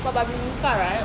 for baju nikah right